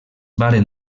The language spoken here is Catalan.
varen